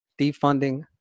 defunding